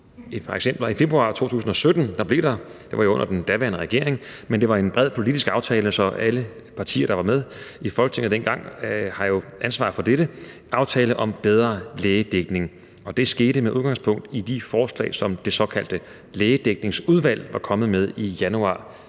regering, men det var en bred politisk aftale, så alle partier, der var med i Folketinget dengang, har jo ansvaret for dette – lavet en aftale om bedre lægedækning, og det skete med udgangspunkt i de forslag, som det såkaldte Lægedækningsudvalg var kommet med i januar